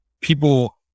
people